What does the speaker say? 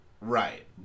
Right